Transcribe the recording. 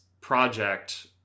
project